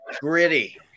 gritty